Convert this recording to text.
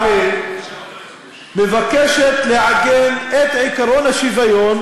מעלה מבקשת לעגן את עקרון השוויון